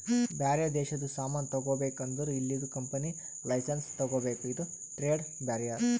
ಬ್ಯಾರೆ ದೇಶದು ಸಾಮಾನ್ ತಗೋಬೇಕ್ ಅಂದುರ್ ಇಲ್ಲಿದು ಕಂಪನಿ ಲೈಸೆನ್ಸ್ ತಗೋಬೇಕ ಇದು ಟ್ರೇಡ್ ಬ್ಯಾರಿಯರ್